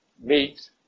meat